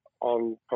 on